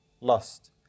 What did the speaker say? lost